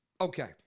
okay